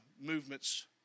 movements